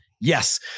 Yes